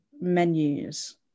menus